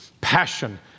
passion